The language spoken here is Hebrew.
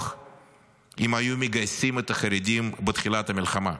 אם היו מגייסים את החרדים בתחילת המלחמה.